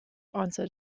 answered